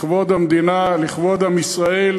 לכבוד המדינה, לכבוד עם ישראל,